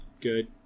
good